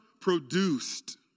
produced